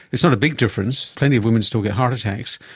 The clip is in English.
it's not a big difference, plenty of women still get heart attacks,